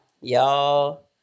y'all